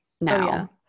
now